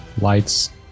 Lights